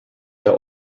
der